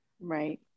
Right